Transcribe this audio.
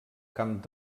camp